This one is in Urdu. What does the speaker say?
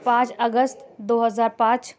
پانچ اگست دو ہزار پانچ